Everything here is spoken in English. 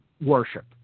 worship